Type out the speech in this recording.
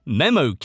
memo